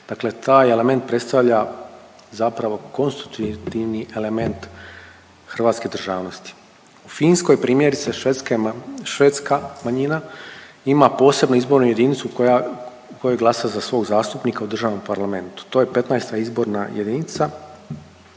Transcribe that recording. dakle taj element predstavlja zapravo konstitutivni element hrvatske državnosti. U Finskoj primjerice švedska ma…, švedska manjina ima posebnu izbornu jedinicu koja, u kojoj glasa za svog zastupnika u državnom parlamentu, to je XV. izborna jedinica